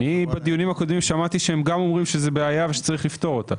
בדיונים הקודמים שמעתי שהם גם אומרים שזו בעיה וצריך לפתור אותה.